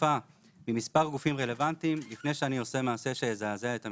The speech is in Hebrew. דחופה ממספר גופים רלוונטיים לפני שאני עושה מעשה שיזעזע את המדינה.